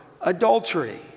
adultery